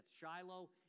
Shiloh